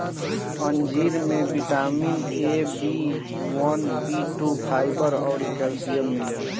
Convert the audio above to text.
अंजीर में vitamin A, B one, B two, fibre अउरी कैल्शियम मिलेला